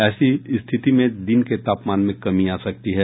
ऐसी स्थिति में दिन के तापमान में कमी आ सकती है